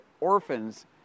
orphans